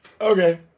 okay